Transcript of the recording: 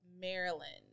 Maryland